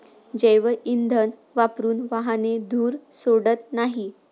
जैवइंधन वापरून वाहने धूर सोडत नाहीत